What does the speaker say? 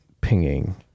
pinging